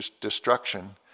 destruction